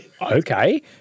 Okay